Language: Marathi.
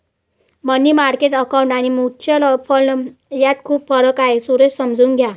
मनी मार्केट अकाऊंट आणि म्युच्युअल फंड यात खूप फरक आहे, सुरेश समजून घ्या